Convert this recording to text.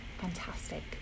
fantastic